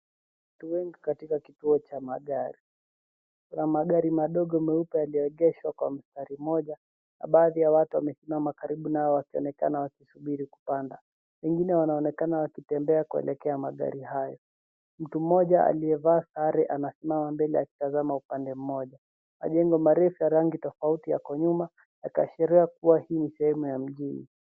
Watu wengi katika kituo cha magari. Kuna magari madogo meupe yaliyoegeshwa kwa mstari mmoja na baadhi ya watu wamesimama karibu nayo wakionekana wakisubiri kupanda. Wengine wanaonekana wakitembea kuelekea magari hayo. Mtu mmoja aliyevaa sare anasimama mbele akitazama upande mmoja. Majengo marefu ya rangi tofauti yako nyuma kuashiria kuwa hii ni sehemu ya mjini